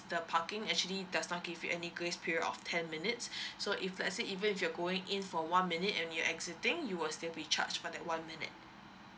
the parking actually does not give you any grace period of ten minutes so if let's say even if you're going in for one minute and you're exiting you will still be charged for that one minute